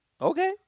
okay